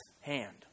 hand